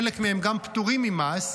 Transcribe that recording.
חלק מהן גם פטורות ממס,